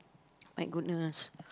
my goodness